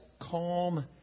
calm